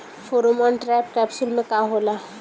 Pheromone trap capsule में का होला?